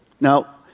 Now